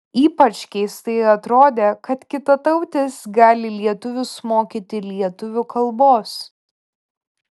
ypač keistai atrodė kad kitatautis gali lietuvius mokyti lietuvių kalbos